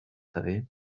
savez